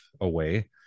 away